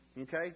Okay